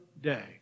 day